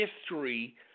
history